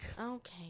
Okay